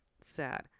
sad